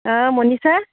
অঁ মনিষা